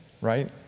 right